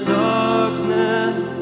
darkness